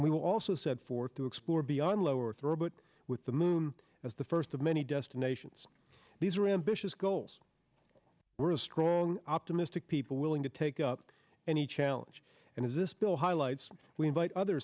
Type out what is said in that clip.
we will also set forth to explore beyond low earth orbit with the moon as the first of many destinations these are ambitious goals strong optimistic people willing to take up any challenge and as this bill highlights we invite other